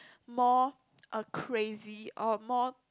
more a crazy or a more